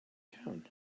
town